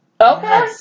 Okay